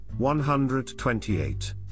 128